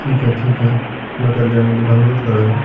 ٹھیک ہے ٹھیک ہے میں کر لے رہا ہوں ابھی ڈاؤن لوڈ کر رہا ہوں